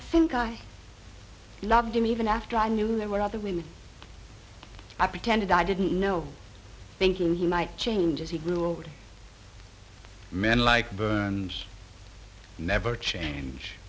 think i loved him even after i knew there were other women i pretended i didn't know thinking he might change as he grew older men like burns never change